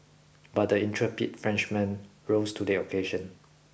but the intrepid Frenchman rose to the occasion